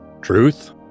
Truth